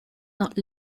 not